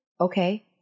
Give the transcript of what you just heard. Okay